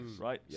right